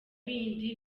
bindi